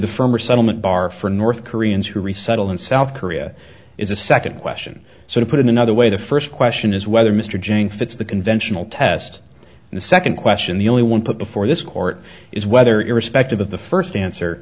the former settlement bar for north koreans who resettle in south korea is a second question so to put it another way the first question is whether mr jang fits the conventional test and the second question the only one put before this court is whether irrespective of the first answer